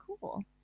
cool